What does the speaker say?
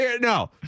No